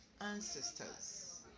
ancestors